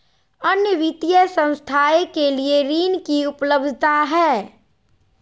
अन्य वित्तीय संस्थाएं के लिए ऋण की उपलब्धता है?